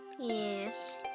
Yes